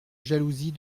jalousie